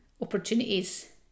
opportunities